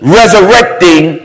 resurrecting